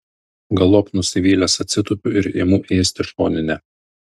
galop nusivylęs atsitupiu ir imu ėsti šoninę